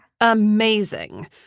Amazing